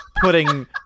putting